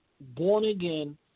born-again